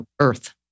earth